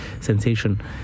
sensation